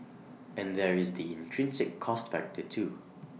and there is the intrinsic cost factor too